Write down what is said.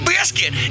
Biscuit